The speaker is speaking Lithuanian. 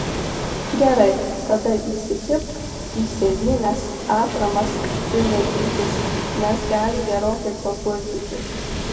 gerai tada įsikibk į sėdynes atramas ir laikykis nes gali gerokai papurtyti